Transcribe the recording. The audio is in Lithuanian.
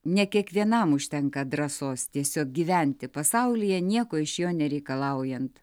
ne kiekvienam užtenka drąsos tiesiog gyventi pasaulyje nieko iš jo nereikalaujant